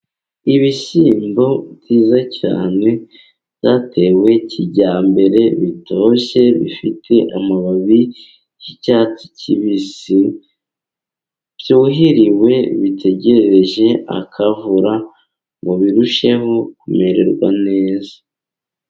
Ibishyimbo byiza cyane, byatewe kijyambere, bitoshye, bifite amababi y'icyatsi kibisi, byuhiriwe, bitegereje akavura, ngo birusheho kumererwa neza.